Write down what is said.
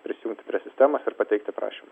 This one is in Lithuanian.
prisijungti prie sistemos ir pateikti prašymą